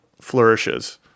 flourishes